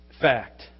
fact